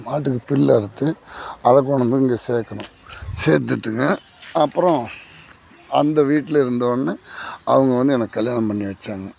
மாட்டுக்கு புல் அறுத்து அதை கொண்டு போய் இங்கே சேர்க்கணும் சேர்த்துட்டுங்க அப்புறோம் அந்த வீட்டில் இருந்தவொன்னே அவங்க வந்து எனக்கு கல்யாணம் பண்ணி வச்சாங்க